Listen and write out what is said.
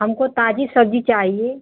हमको ताजी सब्जी चाहिए